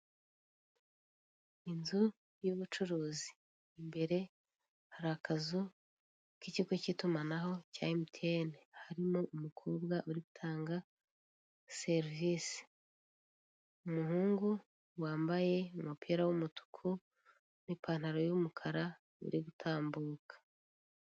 Inzu y'ubucuruzi, imbere hari akazu k'ikigo cy'itumanaho cya Emutiyeni, harimo umukobwa uri gutanga serivisi, umuhungu wambaye umupira w'umutuku n'ipantaro y'umukara, uri gutambuka.